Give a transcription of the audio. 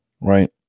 right